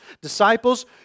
disciples